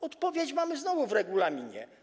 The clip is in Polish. Odpowiedź mamy znowu w regulaminie.